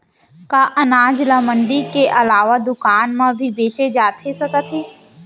का अनाज ल मंडी के अलावा दुकान म भी बेचे जाथे सकत हे?